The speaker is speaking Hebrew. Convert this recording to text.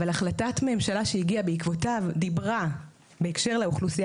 אבל החלטת ממשלה שהגיעה בעקבותיו דיברה בהקשר לאוכלוסייה